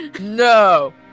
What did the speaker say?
no